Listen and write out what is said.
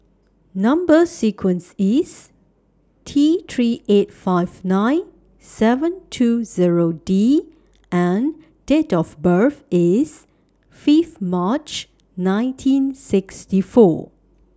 Number sequence IS T three eight five nine seven two Zero D and Date of birth IS five March nineteen sixty four